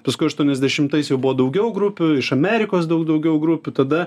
paskui aštuoniasdešimtais jau buvo daugiau grupių iš amerikos daug daugiau grupių tada